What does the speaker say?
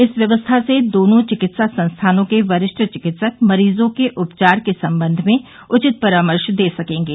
इस व्यवस्था से दोनों चिकित्सा संस्थानों के वरिष्ठ चिकित्सक मरीजों के उपचार के संबंध में उचित परामर्श दे सकेंगे